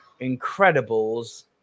Incredibles